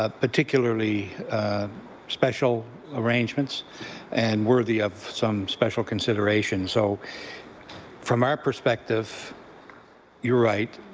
ah particularly special arrangements and worthy of some special consideration, so from our perspective you're right,